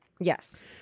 Yes